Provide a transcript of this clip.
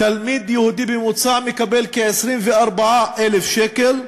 ותלמיד יהודי מקבל בממוצע כ-24,000 שקל.